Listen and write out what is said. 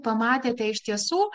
pamatėte iš tiesų